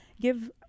give